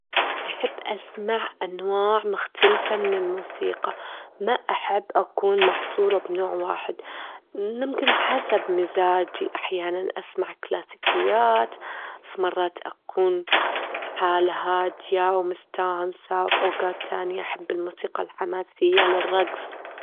أحب أسمع أنواع مختلفة من الموسيقى، ما أحب أكون محصورة بنوع واحد، ممكن حسب مزاجي، أحيانًا أسمع كلاسيكيات، في مرات أكون في حالة هادية ومستانسة، وفي اوجات تانية أحب الموسيقى الحماسية للرجص.